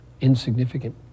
insignificant